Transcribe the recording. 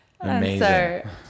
Amazing